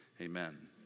amen